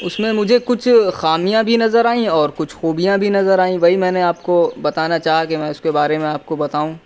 اس میں مجھے کچھ خامیاں بھی نظر آئیں اور کچھ خوبیاں بھی نظر آئیں وہی میں نے آپ کو بتانا چاہا کہ میں اس کے بارے میں آپ کو بتاؤں